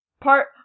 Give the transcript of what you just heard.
part-